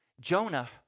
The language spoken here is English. Jonah